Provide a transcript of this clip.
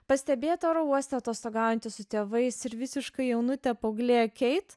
pastebėta oro uoste atostogaujanti su tėvais ir visiškai jaunutė paauglė keit